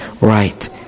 right